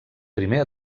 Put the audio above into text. primer